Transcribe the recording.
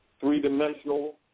Three-dimensional